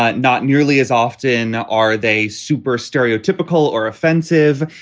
ah not nearly as often. are they super stereotypical or offensive?